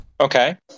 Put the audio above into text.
Okay